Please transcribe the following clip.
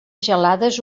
gelades